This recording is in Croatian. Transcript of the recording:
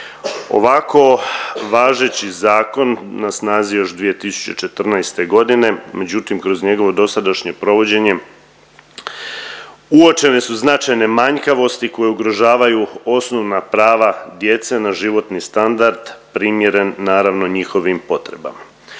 Ovako važeći zakon na snazi je još od 2014.g., međutim kroz njegovo dosadašnje provođenje uočene su značajne manjkavosti koje ugrožavaju osnovna prava djece na životni standard primjeren naravno njihovim potrebama.